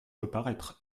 reparaître